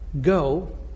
Go